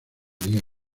nieve